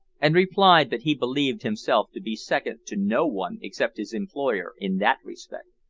and replied that he believed himself to be second to no one except his employer in that respect.